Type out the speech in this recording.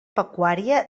pecuària